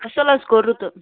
اَصٕل حظ کوٚرُو تہٕ